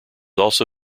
also